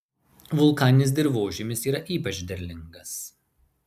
vulkaninis dirvožemis yra ypač derlingas